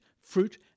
fruit